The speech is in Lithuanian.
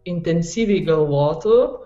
intensyviai galvotų